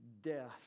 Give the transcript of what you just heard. death